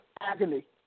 agony